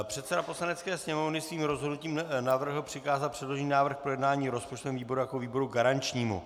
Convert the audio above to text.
Předseda Poslanecké sněmovny svým rozhodnutím navrhl přikázat předložený návrh k projednání rozpočtovému výboru jako výboru garančnímu.